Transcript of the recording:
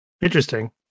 interesting